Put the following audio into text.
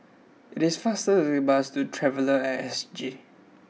it is faster to take the bus to Traveller at S G